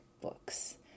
books